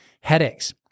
headaches